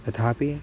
तथापि